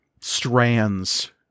strands